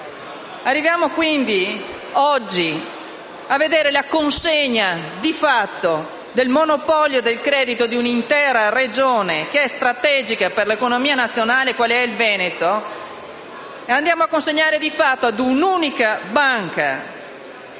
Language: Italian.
arriviamo a vedere la consegna di fatto del monopolio del credito di un'intera Regione strategica per l'economia nazionale, quale il Veneto. Andiamo a consegnare di fatto il credito a un'unica banca,